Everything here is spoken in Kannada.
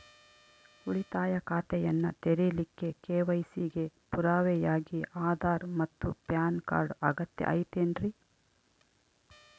ಉಳಿತಾಯ ಖಾತೆಯನ್ನ ತೆರಿಲಿಕ್ಕೆ ಕೆ.ವೈ.ಸಿ ಗೆ ಪುರಾವೆಯಾಗಿ ಆಧಾರ್ ಮತ್ತು ಪ್ಯಾನ್ ಕಾರ್ಡ್ ಅಗತ್ಯ ಐತೇನ್ರಿ?